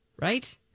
right